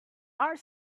are